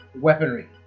weaponry